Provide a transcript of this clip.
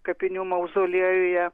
kapinių mauzoliejuje